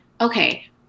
okay